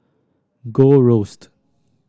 Gold Roast